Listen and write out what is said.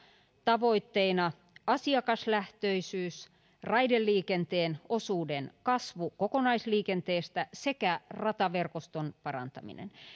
tavoitteina asiakaslähtöisyys raideliikenteen osuuden kasvu kokonaisliikenteestä sekä rataverkoston parantaminen